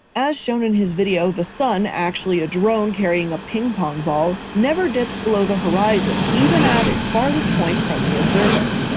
as shown in his video, the sun actually a drone, carrying a ping pong ball never dips below the horizon, even at its farthest point from the observer.